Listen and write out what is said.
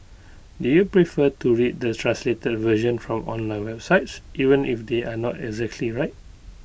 do you prefer to read the translated version from online websites even if they are not exactly right